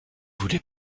voulez